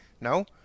no